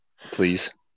please